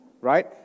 Right